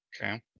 Okay